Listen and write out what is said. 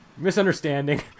Misunderstanding